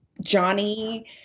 Johnny